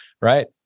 right